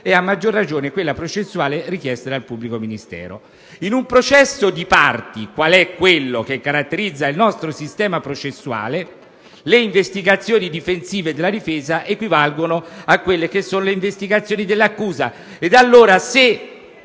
è a maggiore ragione quella processuale richiesta dal pubblico ministero". In un processo di parti, quale è quello che caratterizza il nostro sistema processuale, le investigazioni difensive della difesa equivalgono alle investigazioni dell'accusa.